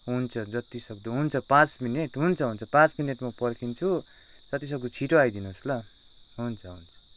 हुन्छ जति सक्दो हुन्छ पाँच मिनेट हुन्छ हुन्छ पाँच मिनेट म पर्खिन्छु जति सक्दो छिटो आइदिनुहोस् ल हुन्छ हुन्छ